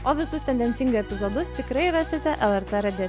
o visus tendencingai epizodus tikrai rasite lrt radijo